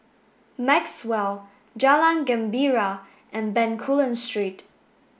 Maxwell Jalan Gembira and Bencoolen Street